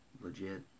legit